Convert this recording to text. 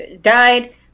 died